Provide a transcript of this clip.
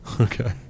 Okay